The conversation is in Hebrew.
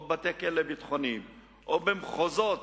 בבתי-כלא ביטחוניים או במחוזות,